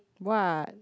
what